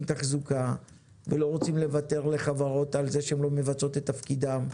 תחזוקה ולא רוצים לוותר לחברות על זה שהן לא מבצעות את תפקידן,